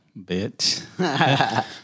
bitch